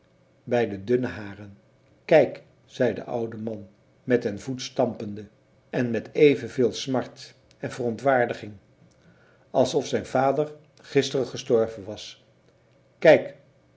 bij de dunne haren kijk zei de oude man met den voet stampende en met even veel smart en verontwaardiging als of zijn vader gisteren gestorven was kijk